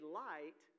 light